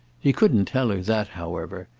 he couldn't tell her that, however,